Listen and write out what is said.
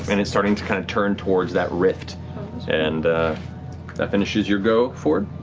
and it's starting to kind of turn towards that rift and that finishes your go, fjord.